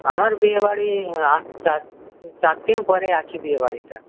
আমার বিয়েবাড়ি আর চার চারদিন পরে আছে বিয়েবাড়িটা